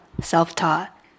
Self-taught